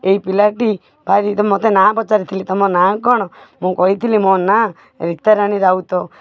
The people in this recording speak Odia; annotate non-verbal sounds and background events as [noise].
ଏଇ ପିଲାଟି [unintelligible] ମୋତେ ନାଁ ପଚାରିଥିଲେ କହିଲେ ତମ ନାଁ କ'ଣ ମୁଁ କହିଥିଲି ମୋ ନାଁ ରିତାରାଣୀ ରାଉତ